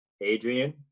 adrian